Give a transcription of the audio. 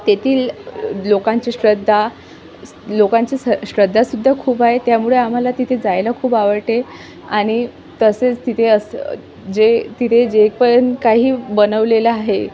तेथील लोकांची श्रद्धा लोकांची स श्रद्धा सुद्धा खूप आहे त्यामुळे आम्हाला तिथे जायला खूप आवडते आणि तसेच तिथे अस जे तिथे जे पण काही बनवलेलं आहे